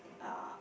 uh